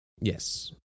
Yes